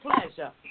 pleasure